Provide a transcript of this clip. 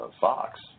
Fox –